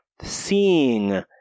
seeing